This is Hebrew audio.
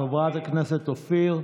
חברת הכנסת אופיר.